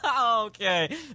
Okay